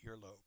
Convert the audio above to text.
earlobe